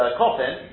coffin